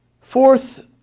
Fourth